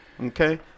Okay